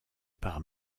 par